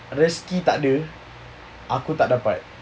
rezeki tak ada aku tak dapat